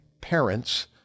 parents